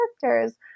characters